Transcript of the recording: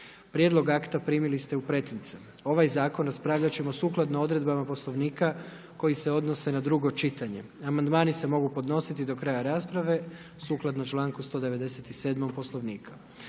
Prijedlog akta primili ste u pretince. Ovaj zakon raspravljat ćemo sukladno odredbama Poslovnika koji se odnose na drugo čitanje. Amandmani se mogu podnositi do kraja rasprave sukladno članku 197. Poslovnika.